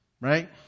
right